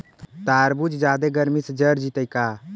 तारबुज जादे गर्मी से जर जितै का?